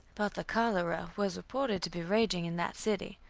but the cholera was reported to be raging in that city,